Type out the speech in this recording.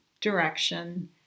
direction